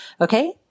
Okay